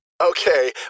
Okay